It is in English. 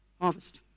harvest